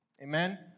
Amen